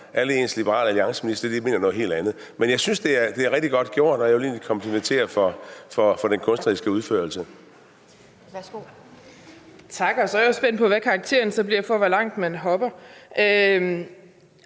alle Liberal Alliance-ministre, mener noget helt andet. Men jeg synes, det er rigtig godt gjort, og jeg vil egentlig komplimentere for den kunstneriske udførelse.